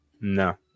No